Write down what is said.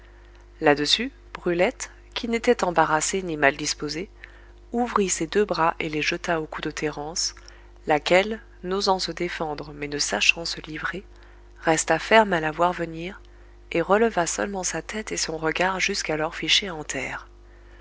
là-dessus brulette qui n'était embarrassée ni mal disposée ouvrit ses deux bras et les jeta au cou de thérence laquelle n'osant se défendre mais ne sachant se livrer resta ferme à la voir venir et releva seulement sa tête et son regard jusqu'alors fiché en terre